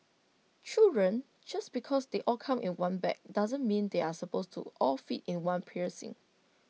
children just because they all come in one bag doesn't mean they are supposed to all fit in one piercing